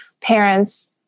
parents